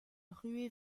ruée